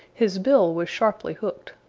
his bill was sharply hooked.